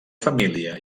família